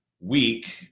week